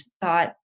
thought